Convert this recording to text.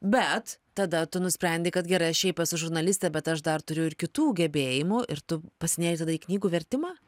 bet tada tu nusprendei kad gera aš šiaip esu žurnalistė bet aš dar turiu ir kitų gebėjimų ir tu pasinerei tada knygų į vertimą